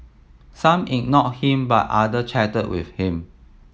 some ignored him but other chatted with him